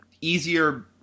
easier